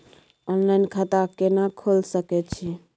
Online खाता केना खोले सकै छी?